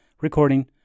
Recording